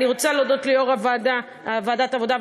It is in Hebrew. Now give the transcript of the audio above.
אני רוצה להודות ליושב-ראש ועדת העבודה,